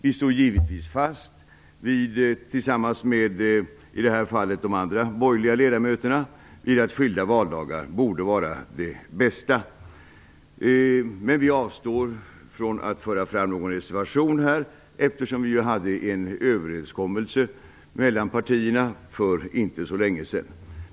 Vi står givetvis fast, i det här fallet tillsammans med de andra borgerliga ledamöterna, vid att skilda valdagar borde vara det bästa. Men vi avstår från att föra fram någon reservation, eftersom vi träffade en överenskommelse mellan partierna för inte så länge sedan.